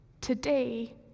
today